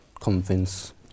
convince